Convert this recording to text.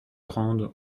rende